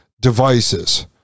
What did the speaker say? devices